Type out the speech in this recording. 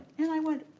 and i went,